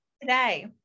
Today